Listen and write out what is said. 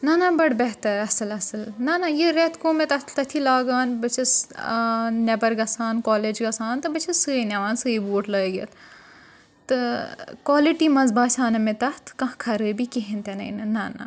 نہ نہ بَڑٕ بہتر اَصٕل اَصٕل نہ نہ یہِ رٮ۪تہٕ گوٚو مےٚ تَتھ تٔتھی لاگان بہٕ چھَس نٮ۪بَر گَژھان کالیج گَژھان تہٕ بہٕ چھَس سُے نِوان سُے بوٗٹھ لٲگِتھ تہٕ کولِٹی منٛز باسیٛو نہٕ مےٚ تَتھ کانٛہہ خرٲبی کِہیٖنۍ تہِ نَے نہٕ نہ نہ